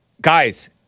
Guys